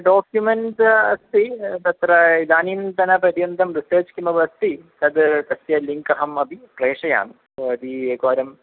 document अस्ति तत्र इदानीन्तनपर्यन्तं रिसर्च् किमस्ति तद् तस्य लिङ्क् अहमपि प्रेषयामि भवती एकवारं